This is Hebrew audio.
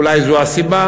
אולי זו הסיבה.